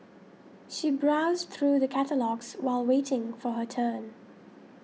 she browsed through the catalogues while waiting for her turn